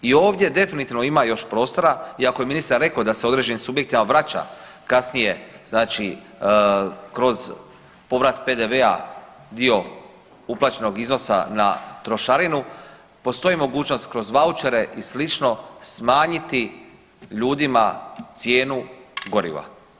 I ovdje definitivno ima još prostora iako je rekao da se određenim subjektima vraća kasnije kroz povrat PDV-a dio uplaćenog iznosa na trošarinu, postoji mogućnost kroz vaučere i sl. smanjiti ljudima cijenu goriva.